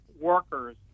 workers